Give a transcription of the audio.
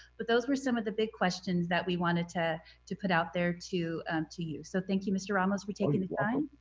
but those were some of the big questions that we wanted to to put out there to and to you. so thank you, mr. ramos for taking the time.